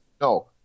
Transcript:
No